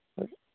ꯑꯣ